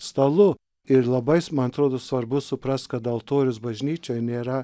stalu ir labais man atrodo svarbu suprast kad altorius bažnyčioj nėra